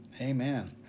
Amen